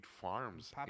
farms